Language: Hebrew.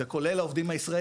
זה כולל העובדים הישראלים.